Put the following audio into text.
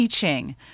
teaching